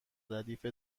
ردیف